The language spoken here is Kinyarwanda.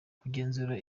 kugenzura